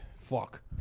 fuck